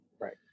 right